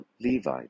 Levi